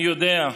אני יודע,